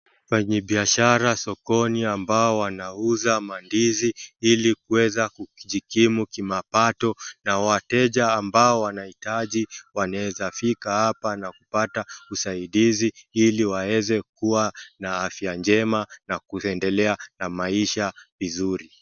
Mfanyibiashara sokoni ambao wanauza mandizi ili kuweza kujikimu kimapato na wateja ambao wanahitaji wanaeza fika hapa na kupata usaidizi ili waeze kuwa na afya njema na kuendelea na maisha vizuri .